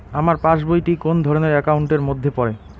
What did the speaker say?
আমার পাশ বই টি কোন ধরণের একাউন্ট এর মধ্যে পড়ে?